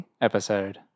episode